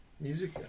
music